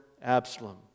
Absalom